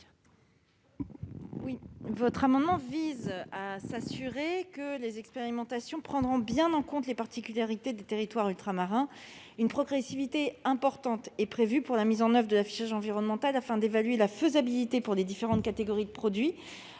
Cet amendement vise à garantir que les expérimentations prendront bien en compte les particularités des territoires ultramarins. Une progressivité importante est prévue pour la mise en oeuvre de l'affichage environnemental afin d'évaluer la faisabilité pour les différentes catégories de produits,